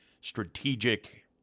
strategic